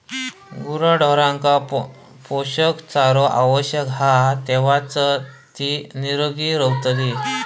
गुराढोरांका पोषक चारो आवश्यक हा तेव्हाच ती निरोगी रवतली